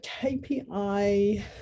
KPI